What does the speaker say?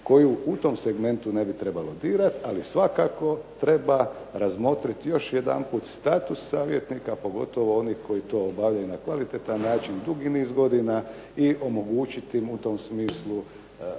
koju u tom segmentu ne bi trebalo dirati, ali svakako treba razmotriti još jedanput status savjetnika pogotovo onih koji to obavljaju na kvalitetan način, dugi niz godina i omogućiti im u tom smislu